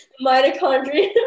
mitochondria